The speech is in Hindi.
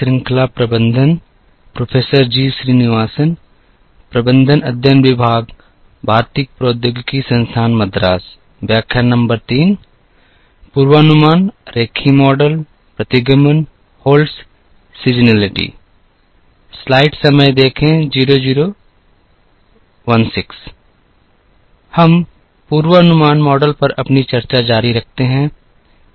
हम पूर्वानुमान मॉडल पर अपनी चर्चा जारी रखते हैं